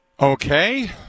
okay